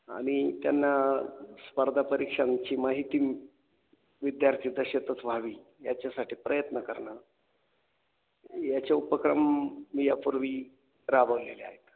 आणि त्यांना स्पर्धापरीक्षांची माहिती विद्यार्थी दशेतच व्हावी याच्यासाठी प्रयत्न करणं याचे उपक्रम मी यापूर्वी राबवलेले आहेत